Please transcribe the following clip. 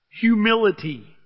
humility